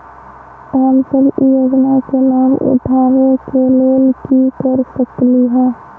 हम सब ई योजना के लाभ उठावे के लेल की कर सकलि ह?